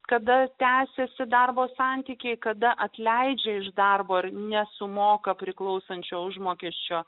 kada tęsiasi darbo santykiai kada atleidžia iš darbo ar nesumoka priklausančio užmokesčio